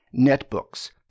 Netbooks